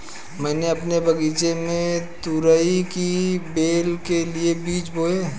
मैंने अपने बगीचे में तुरई की बेल के लिए बीज बोए